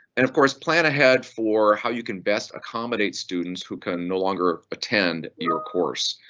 and of course plan ahead for how you can best accommodate students who can no longer attend your course.